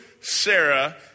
Sarah